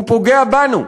הוא פוגע בנו.